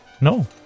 No